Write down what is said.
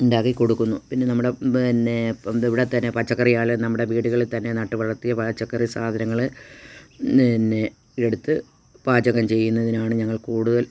ഉണ്ടാക്കി കൊടുക്കുന്നു പിന്നെ നമ്മുടെ പിന്നെ ഇവിടെ തന്നെ പച്ചക്കറി ആയാലും നമ്മുടെ വീടുകളിൽ തന്നെ നട്ട് വളർത്തി പച്ചക്കറി സാധനങ്ങള് പിന്നെ എടുത്ത് പാചകം ചെയ്യുന്നതിനാണു ഞങ്ങൾ കൂടുതൽ